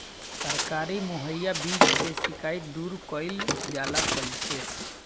सरकारी मुहैया बीज के शिकायत दूर कईल जाला कईसे?